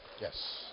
Yes